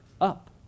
up